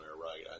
right